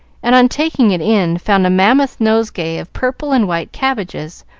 and on taking it in found a mammoth nosegay of purple and white cabbages,